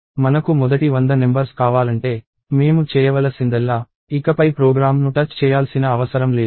మనకు మొదటి వంద నెంబర్స్ కావాలంటే మేము చేయవలసిందల్లా ఇకపై ప్రోగ్రామ్ను టచ్ చేయాల్సిన అవసరం లేదు